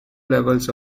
levels